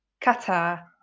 Qatar